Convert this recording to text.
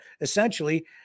essentially